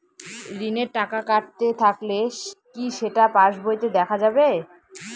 ঋণের টাকা কাটতে থাকলে কি সেটা পাসবইতে দেখা যাবে?